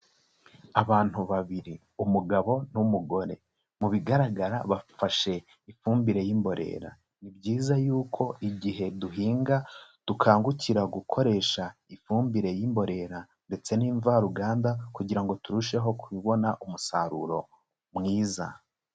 Abantu babiri; umugabo n'umugore, mu bigaragara bafashe ifumbire y'imborera, ni byiza yuko igihe duhinga dukangukira gukoresha ifumbire y'imborera ndetse n'imvaruganda kugira ngo turusheho kubona umusaruro mwiza.